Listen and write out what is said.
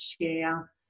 share